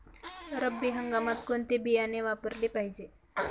रब्बी हंगामात कोणते बियाणे वापरले पाहिजे?